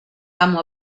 amo